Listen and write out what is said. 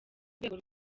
rwego